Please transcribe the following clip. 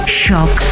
shock